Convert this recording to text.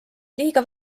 liiga